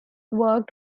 worked